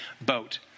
boat